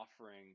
offering